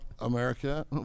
america